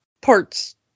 parts